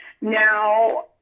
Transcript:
Now